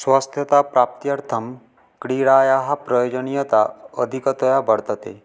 स्वास्थ्यता प्राप्त्यर्थं क्रीडायाः प्रयोजनीयता अधिकतया वर्तते